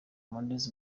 mendes